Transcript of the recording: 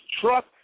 truck